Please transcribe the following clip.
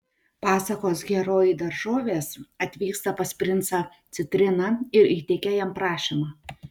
pasakos herojai daržovės atvyksta pas princą citriną ir įteikia jam prašymą